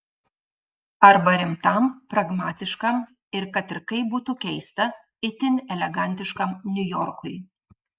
arba rimtam pragmatiškam ir kad ir kaip būtų keista itin elegantiškam niujorkui